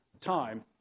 time